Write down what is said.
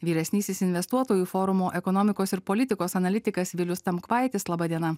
vyresnysis investuotojų forumo ekonomikos ir politikos analitikas vilius tamkvaitis laba diena